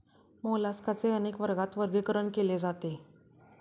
मोलास्काचे अनेक वर्गात वर्गीकरण केले जाते